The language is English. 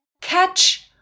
catch